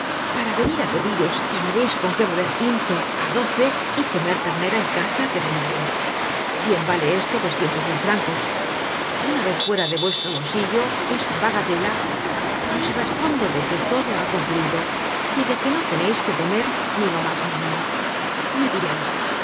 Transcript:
para venir á pediros que me deis con que beber tinto de á doce y comer ternera en casa de desnoyers bien vale esto doscientos mil francos una vez fuera de vuestro bolsillo esa bagatela os respondo de que todo ha concluido y de que no teneis que temer ni lo mas mínimo me direis